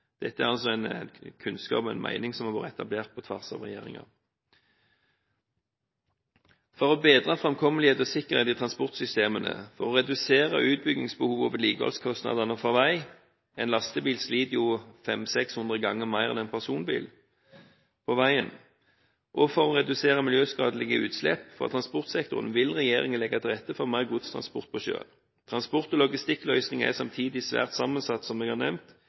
Dette er altså en kunnskap, en mening, som har blitt etablert på tvers av regjeringer. For å bedre framkommelighet og sikkerhet i transportsystemene, for å redusere utbyggingsbehov og vedlikeholdskostnadene for vei – en lastebil sliter jo på veien 500–600 ganger mer enn en personbil – og for å redusere miljøskadelige utslipp fra transportsektoren vil regjeringen legge til rette for mer godstransport på sjøen. Transport- og logistikkløsninger er samtidig svært sammensatt, som jeg har nevnt.